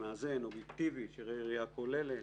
מאזן ואובייקטיבי שיראה ראייה כוללת,